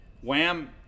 Wham